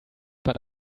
but